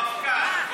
המפכ"ל,